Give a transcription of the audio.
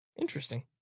Interesting